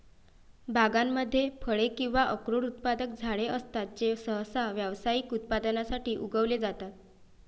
बागांमध्ये फळे किंवा अक्रोड उत्पादक झाडे असतात जे सहसा व्यावसायिक उत्पादनासाठी उगवले जातात